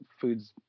Food's